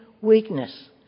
weakness